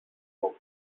bon